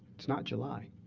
it's not july.